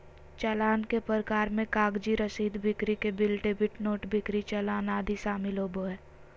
चालान के प्रकार मे कागजी रसीद, बिक्री के बिल, डेबिट नोट, बिक्री चालान आदि शामिल होबो हय